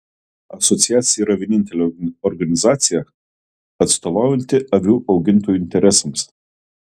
asociacija yra vienintelė organizacija atstovaujanti avių augintojų interesams